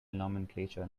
nomenclature